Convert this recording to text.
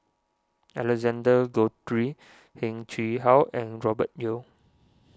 Alexander Guthrie Heng Chee How and Robert Yeo